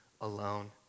alone